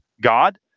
God